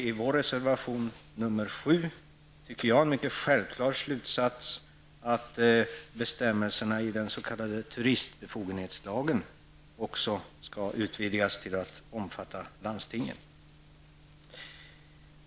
I vår reservation nr 7 drar vi den självklara slutsatsen, nämligen att bestämmelserna i den s.k. turistbefogenhetslagen skall utvidgas till att omfatta även landstingen.